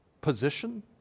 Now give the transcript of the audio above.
position